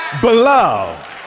Beloved